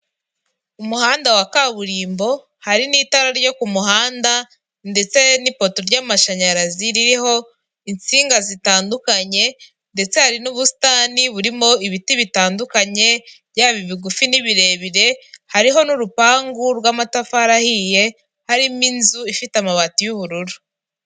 Umuhanda wa kaburimbo hari n'itara ryo ku muhanda ndetse n'ipoto ry'amashanyarazi ririho insinga zitandukanye ndetse hari n'ubusitani burimo ibiti bitandukanye byaba ibigufi n'ibirebire, hariho n'urupangu rw'amatafari ahiye harimo inzu ifite amabati y'ubururu.